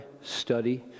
study